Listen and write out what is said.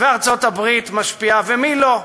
וארצות-הברית משפיעה, ומי לא.